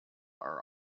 are